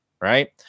right